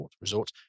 resort